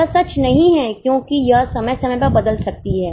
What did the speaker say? यह सच नहीं है क्योंकि यह समय समय पर बदल सकती है